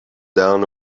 down